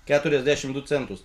keturiasdešimt du centus